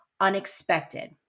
unexpected